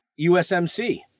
usmc